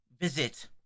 visit